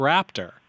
Raptor